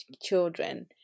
children